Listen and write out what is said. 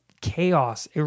chaos